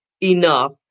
enough